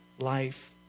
life